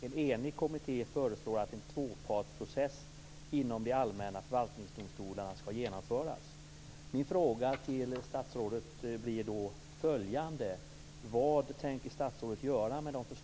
En enig kommitté föreslår att en tvåpartsprocess inom de allmänna förvaltningsdomstolarna ska genomföras.